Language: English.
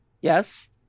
Yes